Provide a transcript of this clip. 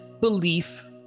belief